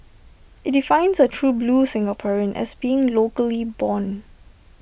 IT defines A true blue Singaporean as being locally born